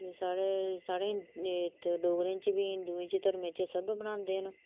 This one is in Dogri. साढ़े डोगरें च हिंदु धर्म च सब मनांदे न